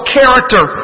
Character